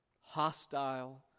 hostile